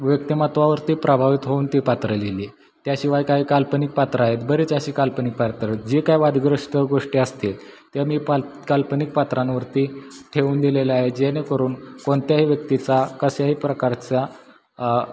व्यक्तिमत्वावरती प्रभावित होऊन ती पात्रं लिहिली त्याशिवाय काही काल्पनिक पात्रं आहेत बरेच अशी काल्पनिक पात्रं जे काय वादग्रस्त गोष्टी असतील त्या मी पाल काल्पनिक पात्रांवरती ठेवून दिलेल्या आहे जेणेकरून कोणत्याही व्यक्तीचा कशाही प्रकारचा